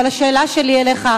אבל השאלה שלי אליך,